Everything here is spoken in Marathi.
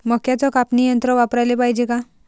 मक्क्याचं कापनी यंत्र वापराले पायजे का?